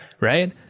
right